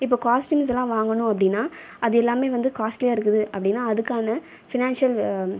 இப்போது காஸ்ட்யூம்ஸ் எல்லாம் வாங்கணும் அப்படின்னா அது எல்லாமே வந்து காஸ்டலியாக இருக்குது அப்படின்னா அதுக்கான ஃபினான்சியல்